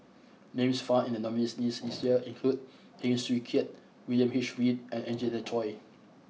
names found in the nominees' list this year include Heng Swee Keat William H Read and Angelina Choy